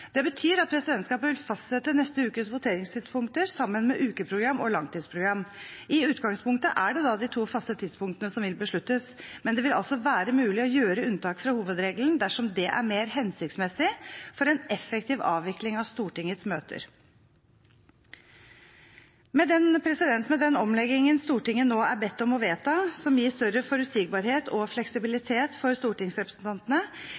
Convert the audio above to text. Det betyr at presidentskapet vil fastsette neste ukes voteringstidspunkter sammen med ukeprogram og langtidsprogram. I utgangspunktet er det da de to faste tidspunktene som vil besluttes, men det vil altså være mulig å gjøre unntak fra hovedregelen dersom det er mer hensiktsmessig for en effektiv avvikling av Stortingets møter. Med den omleggingen Stortinget nå er bedt om å vedta, som gir større forutsigbarhet og